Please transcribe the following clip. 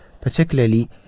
particularly